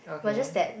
okay